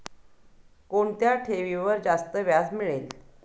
कोणत्या ठेवीवर जास्त व्याज मिळेल?